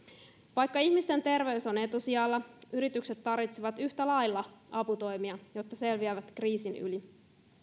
vaikka ihmisten terveys on etusijalla yritykset tarvitsevat yhtä lailla aputoimia jotta ne selviävät kriisin yli